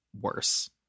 worse